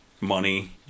money